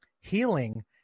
healing